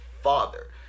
father